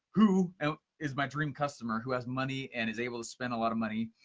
who is my dream customer, who has money and is able to spend a lot of money?